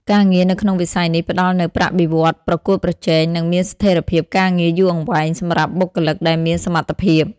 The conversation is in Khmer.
ការងារនៅក្នុងវិស័យនេះផ្តល់នូវប្រាក់បៀវត្សរ៍ប្រកួតប្រជែង និងមានស្ថិរភាពការងារយូរអង្វែងសម្រាប់បុគ្គលិកដែលមានសមត្ថភាព។